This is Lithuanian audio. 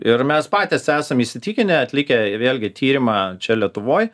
ir mes patys esam įsitikinę atlikę vėlgi tyrimą čia lietuvoj